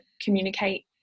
communicate